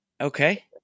Okay